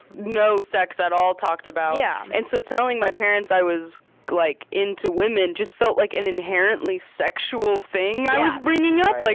no sex at all talked about, yeah and so telling my parents i was like into women just felt like an inherently sexual thing i was bringing up. like